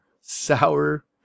Sour